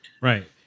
Right